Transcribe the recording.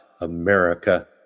America